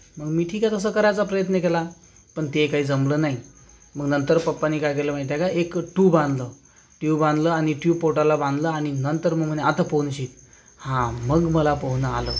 मग मी ठीक आहे तसा करायचा प्रयत्न केला पण ते काही जमलं नाही मग नंतर पप्पांनी काय केलं माहिती आहे काय एक ट्यूब आणलं ट्यूब आणलं आणि ट्यूब पोटाला बांधलं आणि नंतर म्हणे आता पोहणं शिक हां मग मला पोहणं आलं